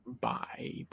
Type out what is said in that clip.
Bye